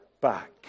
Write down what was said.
back